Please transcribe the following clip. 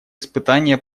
испытания